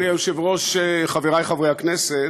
אדוני היושב-ראש, חברי חברי הכנסת,